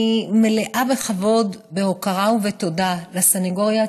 אני מלאה בכבוד, בהוקרה ובתודה לסנגוריה הציבורית,